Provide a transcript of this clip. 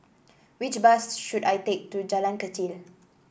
which bus should I take to Jalan Kechil